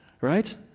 Right